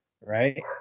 Right